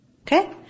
Okay